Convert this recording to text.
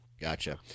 gotcha